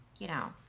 you know,